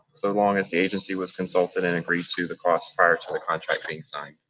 so long as the agency was consulted and agreed to the cost prior to the contract being signed.